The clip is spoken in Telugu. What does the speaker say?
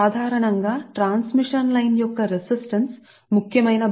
ట్రాన్స్మిషన్ సిస్టమ్ ట్రాన్స్మిషన్ లైన్ కోసం ఈ నాలుగు పారామితులు ఉన్నాయి